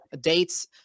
dates